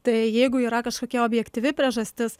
tai jeigu yra kažkokia objektyvi priežastis